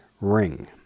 ring